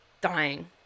dying